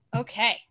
Okay